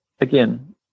again